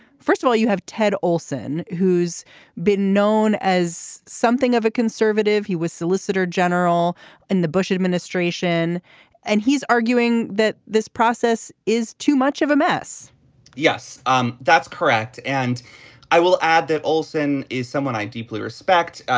first of all you have ted olson who's been known as something of a conservative. he was solicitor general in the bush administration and he's arguing that this process is too much of a mess yes um that's correct. and i will add that olson is someone i deeply respect.